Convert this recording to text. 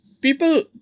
People